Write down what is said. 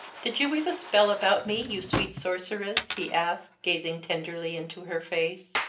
did you weave a spell about me, you sweet sorceress? he asked, gazing tenderly into her face.